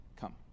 come